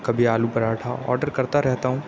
کبھی آلو پراٹھا آڈر کرتا رہتا ہوں